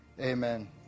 amen